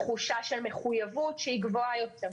תחושה של מחויבות גבוהה יותר.